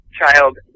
child